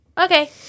Okay